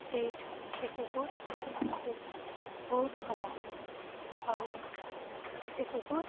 ସେଇଟା ସେ କୁକୁରକୁ ବହୁତ ଭଲ ଲାଗୁଛି ଆଉ ସେ କୁକୁର